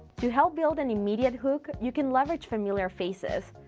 to help build an immediate hook, you can leverage familiar faces.